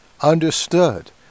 understood